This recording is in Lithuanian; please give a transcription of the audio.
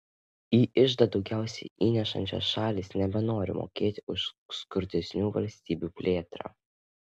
į iždą daugiausiai įnešančios šalys nebenori mokėti už skurdesnių valstybių plėtrą